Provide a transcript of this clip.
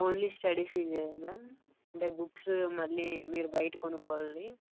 only studies ఫీజే ma'am అంటే books మళ్ళీ మీరు బయట కొనుక్కోవాలి